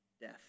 death